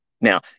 Now